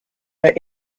are